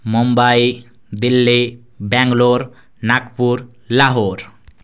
Mumbai Delhi Bangalore Nagpur Lahore